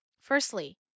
firstly